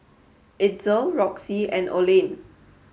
Itzel Roxie and Olene